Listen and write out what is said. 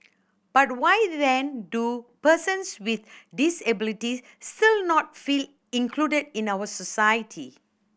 but why then do persons with disabilities still not feel included in our society